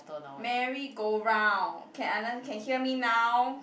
Merry go round can under~ can hear me now